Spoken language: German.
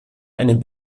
einem